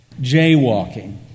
Jaywalking